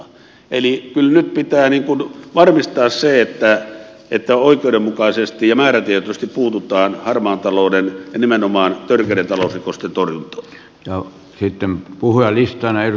eli kyllä nyt pitää varmistaa se että oikeudenmukaisesti ja määrätie toisesti puututaan harmaan talouden ja nimenomaan törkeiden talousrikosten torjuntaan